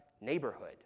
neighborhood